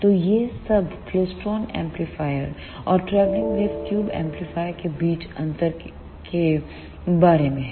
तो यह सब क्लेस्ट्रॉन एम्पलीफायर और ट्रैवलिंग वेव ट्यूब एम्पलीफायरों के बीच अंतर के बारे में है